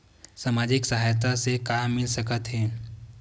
सामाजिक सहायता से का मिल सकत हे?